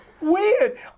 Weird